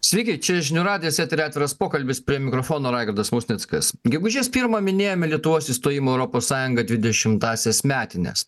sveiki čia žinių radijas etery atviras pokalbis prie mikrofono raigardas musnickas gegužės pirmą minėjome lietuvos įstojimo į europos sąjungą dvidešimtąsias metines